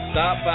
Stop